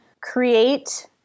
create